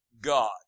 God